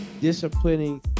disciplining